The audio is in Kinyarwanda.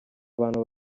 abantu